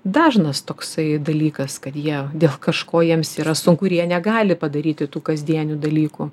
dažnas toksai dalykas kad jie dėl kažko jiems yra sunku ir jie negali padaryti tų kasdienių dalykų